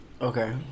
Okay